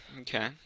Okay